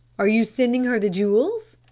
are you sending her the jewels?